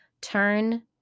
turn